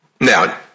Now